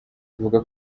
bivuga